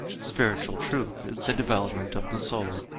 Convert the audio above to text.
spiritual truth is the development of the soul.